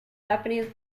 japanese